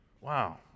Wow